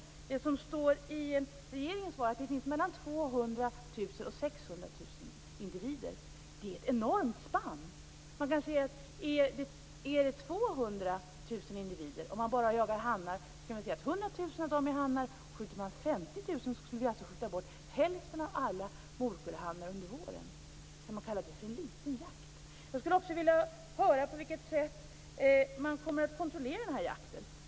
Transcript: I regeringens svar står det att det finns mellan 200 000 och 600 000 individer. Det är ett enormt spann. Om det finns 200 000 individer kanske hälften av dessa är hannar. Om man skjuter 50 000 av dessa skjuter man alltså bort hälften av alla morkullhannar under våren. Kan man kalla det för en liten jakt? Jag skulle också vilja höra på vilket sätt man kommer att kontrollera den här jakten.